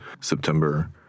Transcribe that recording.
September